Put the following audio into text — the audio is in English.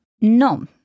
No